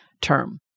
term